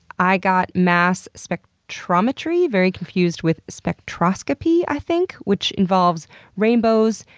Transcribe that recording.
i got mass spectrometry very confused with spectroscopy, i think, which involves rainbows,